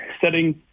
setting